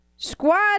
Squad